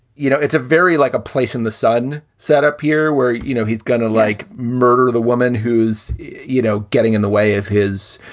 you know, it's a very like a place in the sudden setup here where, you know, he's going to, like, murder the woman who's, you know, getting in the way of his,